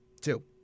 Two